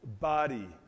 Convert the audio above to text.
body